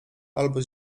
albo